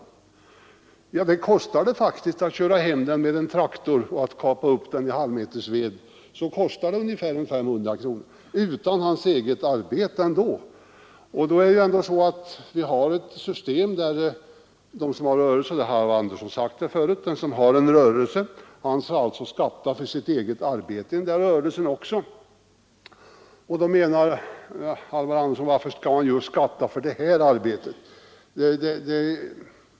Så mycket kostar det faktiskt för honom att köra hem veden med en traktor och kapa den i halvmetersved förutom hans eget arbete. Vi har ett sådant system, som herr Andersson i Knäred sagt förut, att den som har en rörelse skall skatta för sitt eget arbete i rörelsen. Då frågar herr Andersson varför han just skall skatta för det här arbetet.